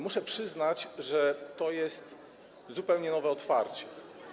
Muszę przyznać, że to jest zupełnie nowe otwarcie.